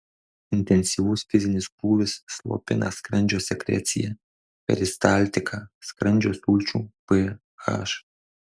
intensyvus fizinis krūvis slopina skrandžio sekreciją peristaltiką skrandžio sulčių ph